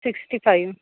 sixty five